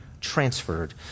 transferred